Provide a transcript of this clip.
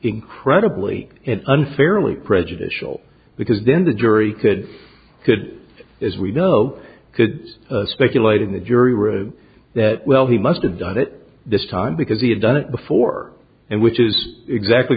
incredibly unfairly prejudicial because then the jury could could as we know could speculate in the jury room that well he must have done it this time because he had done it before and which is exactly